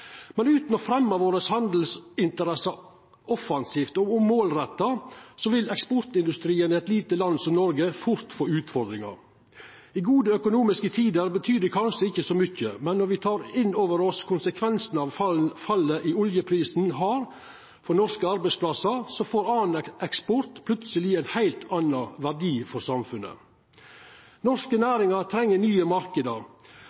Men utan å fremja våre handelsinteresser offensivt og målretta vil eksportindustrien i eit lite land som Noreg fort få utfordringar. I gode økonomiske tider betyr det kanskje ikkje så mykje, men når me tek inn over oss konsekvensane fallet i oljeprisen har for norske arbeidsplassar, får annan eksport plutseleg ein heilt annen verdi for samfunnet. Norske